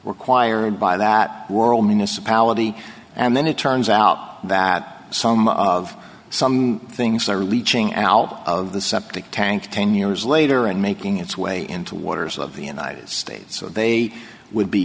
required by that rural municipality and then it turns out that some of the things are leeching out of the septic tank ten years later and making its way into waters of the united states so they would be